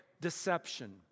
deception